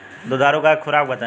दुधारू गाय के खुराक बताई?